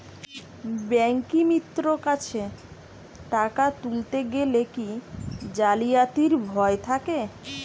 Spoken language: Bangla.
ব্যাঙ্কিমিত্র কাছে টাকা তুলতে গেলে কি জালিয়াতির ভয় থাকে?